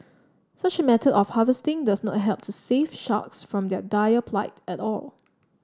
such a method of harvesting does not help to save sharks from their dire plight at all